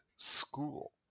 school